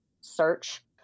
search